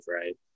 right